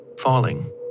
falling